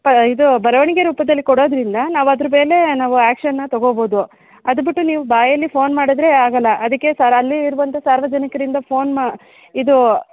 ಪ ಇದು ಬರವಣಿಗೆ ರೂಪದಲ್ಲಿ ಕೊಡೋದರಿಂದ ನಾವು ಅದ್ರ ಮೇಲೆ ನಾವು ಆ್ಯಕ್ಷನ್ನ ತೊಗೋಬೋದು ಅದು ಬಿಟ್ಟು ನೀವು ಬಾಯಲ್ಲಿ ಫೋನ್ ಮಾಡಿದ್ರೆ ಆಗೋಲ್ಲ ಅದಕ್ಕೆ ಸರ್ ಅಲ್ಲಿ ಇರುವಂಥ ಸಾರ್ವಜನಿಕರಿಂದ ಫೋನ್ ಮಾ ಇದು